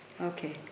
Okay